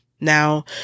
Now